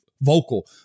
vocal